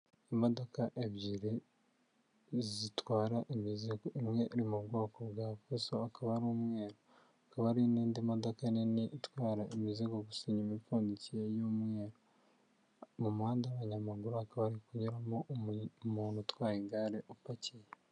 Imodoka ebyiri zitwara imizigo, imwe iri mu bwa fuso, akaba ari umweru, hakaba ari n'indi modoka nini itwara imizigo gusa, inyuma ipfundikiye y'umweru mu muhanda wa nyayamaguru akaba ari kunyuramo umuntu utwaye igare upakiye.